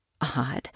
Odd